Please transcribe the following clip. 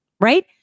right